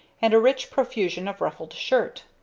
and a rich profusion of ruffled shirt.